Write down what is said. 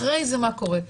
אחרי זה מה קורה.